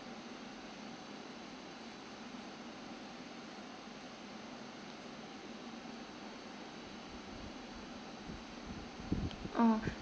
oh